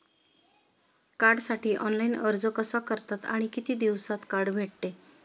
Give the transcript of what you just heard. कार्डसाठी ऑनलाइन अर्ज कसा करतात आणि किती दिवसांत कार्ड भेटते?